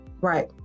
Right